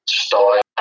style